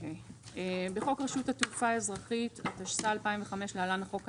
הצעת חוק רשות התעופה האזרחית (תיקון מס' 4)